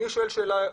אני שואל שאלה בכלל,